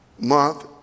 month